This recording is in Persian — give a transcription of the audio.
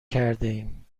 کردهایم